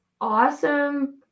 awesome